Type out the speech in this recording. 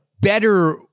better